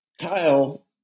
Kyle